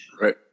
Right